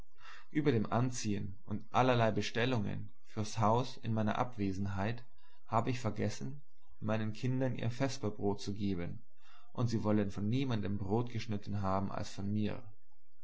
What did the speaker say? über dem anziehen und allerlei bestellungen fürs haus in meiner abwesenheit habe ich vergessen meinen kindern ihr vesperbrot zu geben und sie wollen von niemanden brot geschnitten haben als von mir